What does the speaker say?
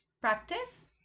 Practice